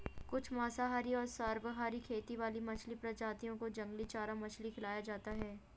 कुछ मांसाहारी और सर्वाहारी खेती वाली मछली प्रजातियों को जंगली चारा मछली खिलाया जाता है